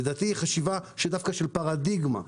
לדעתי זה חשיבה דווקא של פרדיגמה.